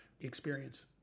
experience